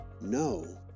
No